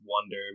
wonder